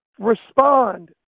respond